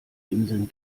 inseln